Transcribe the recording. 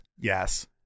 Yes